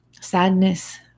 sadness